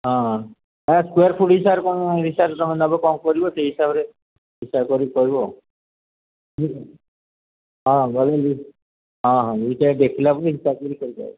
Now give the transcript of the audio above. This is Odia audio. ହଁ ସ୍କୋୟାର ଫୁଟ୍ ହିସାବ କ'ଣ ତମେ ନବ କ'ଣ କରିବ ସେଇ ହିସାବରେ ହିସାବ କରିିକି କହିବ ହଁ ହଁ ଦେଖିଲା ହିସାବ କରି କହିବ